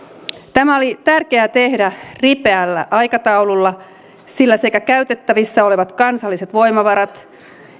tämä oli tärkeää tehdä ripeällä aikataululla sillä sekä käytettävissä olevat kansalliset voimavarat